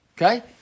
Okay